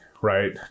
right